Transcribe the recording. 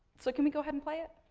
so, can we go ahead and play it?